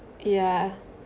yeah